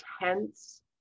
intense